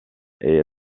est